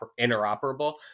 interoperable